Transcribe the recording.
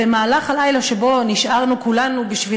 במהלך הלילה שבו נשארנו כולנו בשביל